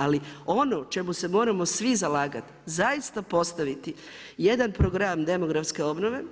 Ali ono čemu se moramo svi zalagat, zaista postaviti jedan program demografske obnove,